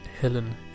Helen